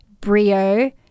Brio